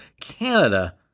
Canada